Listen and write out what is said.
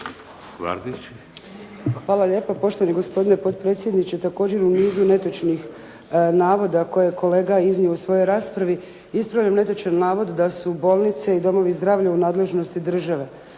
Hvala lijepa poštovani gospodine potpredsjedniče. Također …/Govornik se ne razumije./… navoda koji je kolega iznio u svojoj raspravi. Ispravljam netočan navod da su bolnice i domovi zdravlja u nadležnosti države.